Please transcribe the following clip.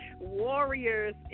warriors